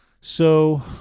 So-